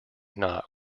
knot